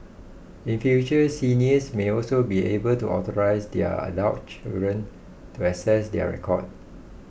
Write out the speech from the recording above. in future seniors may also be able to authorise their adult children to access their records